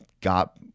got